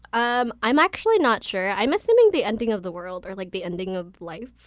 um i'm actually not sure. i'm assuming the ending of the world or like the ending of life?